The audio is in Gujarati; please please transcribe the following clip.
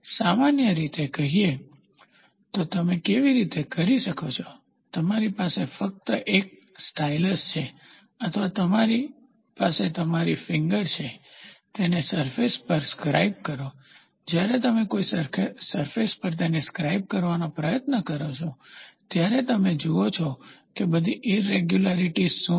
સામાન્ય રીતે કહીએ તો તમે તે કેવી રીતે કરો છો તમારી પાસે ફક્ત એક સ્ટાઇલસ છે અથવા તમારી પાસે તમારી ફીન્ગર છે તેને સરફેસ પર સ્ક્રાઇબ કરો જ્યારે તમે કોઈ સરફેસ પર તેને સ્ક્રાઇબ કરવાનો પ્રયત્ન કરો છો ત્યારે તમે જુઓ છો કે બધી ઈરેગ્યુલારીટીઝ શું છે